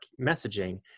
messaging